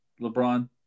lebron